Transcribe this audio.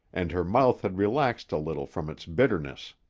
and her mouth had relaxed a little from its bitterness.